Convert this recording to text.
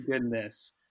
goodness